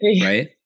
right